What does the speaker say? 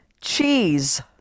Cheese